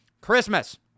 Christmas